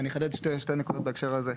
אני אחדד שתי נקודות בהקשר הזה.